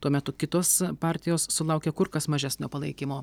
tuo metu kitos partijos sulaukė kur kas mažesnio palaikymo